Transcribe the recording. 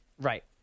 Right